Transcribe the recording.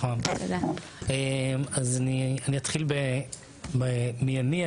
אני אתחיל במי אני,